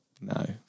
No